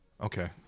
Okay